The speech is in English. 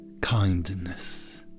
kindness